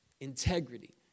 Integrity